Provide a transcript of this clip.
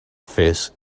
fes